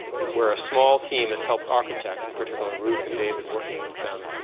where a small team has helped architect, in particular, ruth and david working with them,